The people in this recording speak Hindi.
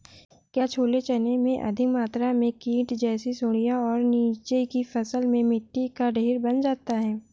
क्या छोले चने में अधिक मात्रा में कीट जैसी सुड़ियां और नीचे की फसल में मिट्टी का ढेर बन जाता है?